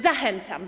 Zachęcam.